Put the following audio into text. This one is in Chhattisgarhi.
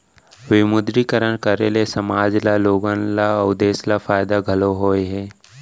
विमुद्रीकरन करे ले समाज ल लोगन ल अउ देस ल फायदा घलौ होय हे